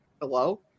Hello